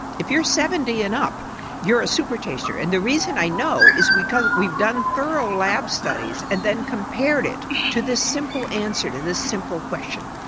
if you're seventy and up you're a supertaster and the reason i know is because we've done thorough lab studies and then compared it to this simple answer to this simple question.